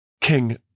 King